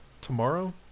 tomorrow